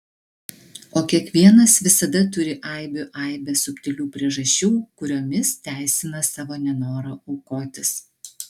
o kiekvienas visada turi aibių aibes subtilių priežasčių kuriomis teisina savo nenorą aukotis